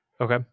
Okay